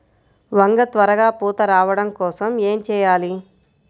వంగ త్వరగా పూత రావడం కోసం ఏమి చెయ్యాలి?